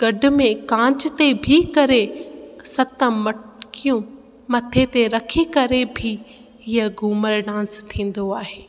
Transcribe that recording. गॾु में कांच ते बिह करे सत मटकियूं मथे ते रखी करे बिह इहा घूमर डांस थींदो आहे